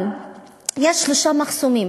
אבל יש שלושה מחסומים